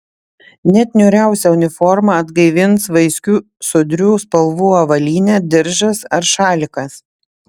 net niūriausią uniformą atgaivins vaiskių sodrių spalvų avalynė diržas ar šalikas